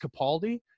capaldi